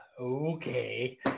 okay